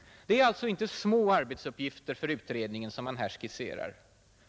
Det är inte små arbetsuppgifter för utredningen som man här skisserar.